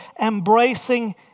embracing